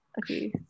Okay